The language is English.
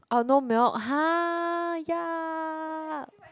oh no milk [huh] !yuck!